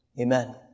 Amen